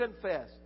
confess